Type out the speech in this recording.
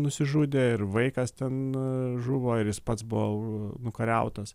nusižudė ir vaikas ten žuvo ir jis pats buvo nukariautas